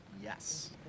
Yes